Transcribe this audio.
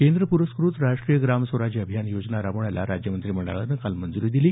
केंद्र प्रस्कृत राष्ट्रीय ग्राम स्वराज अभियान योजना राबवण्यास राज्य मंत्रिमंडळानं काल मंजूरी दिली